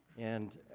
and